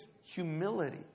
humility